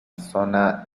zona